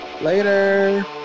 Later